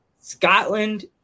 Scotland